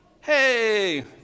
Hey